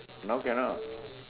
now cannot